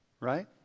right